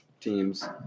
teams